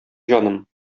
җаным